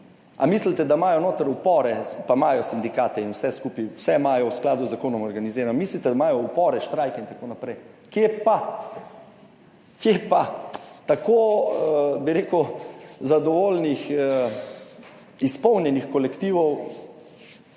Ali mislite, da imajo noter upore, pa imajo sindikate in vse skupaj, vse imajo v skladu z zakonom organizirano, mi sicer imajo upore, štrajke, itn.? Kje pa, kje pa. Tako bi rekel, zadovoljnih, izpolnjenih kolektivov